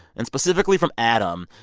and specifically from adam,